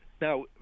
now